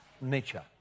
nature